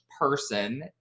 person